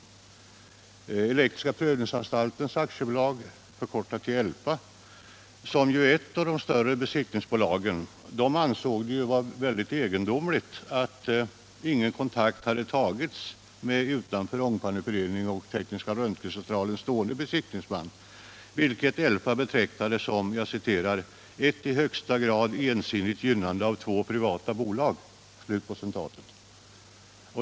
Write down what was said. Elektriska Provningsanstalten AB , som ju är ett av de större besiktningsbolagen, ansåg att det var mycket egendomligt att ingen kontakt hade tagits med utanför Ångpanneföreningen och Tekniska Röntgencentralen AB stående besiktningsmän. ELPA betecknade detta som ”ett i högsta grad ensidigt gynnande av två privata bolag”.